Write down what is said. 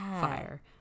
fire